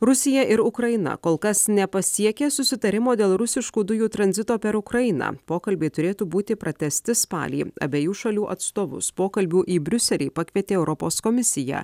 rusija ir ukraina kol kas nepasiekė susitarimo dėl rusiškų dujų tranzito per ukrainą pokalbiai turėtų būti pratęsti spalį abiejų šalių atstovus pokalbiu į briuselį pakvietė europos komisija